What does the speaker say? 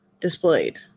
displayed